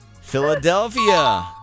Philadelphia